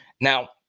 Now